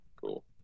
Cool